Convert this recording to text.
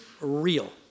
real